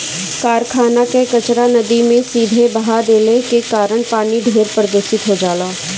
कारखाना कअ कचरा नदी में सीधे बहा देले के कारण पानी ढेर प्रदूषित हो जाला